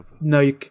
No